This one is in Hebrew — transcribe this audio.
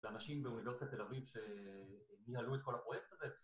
לאנשים באוניברסיטת תל אביב שניהלו את כל הפרויקט הזה.